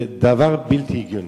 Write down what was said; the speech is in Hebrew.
זה דבר בלתי הגיוני.